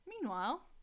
Meanwhile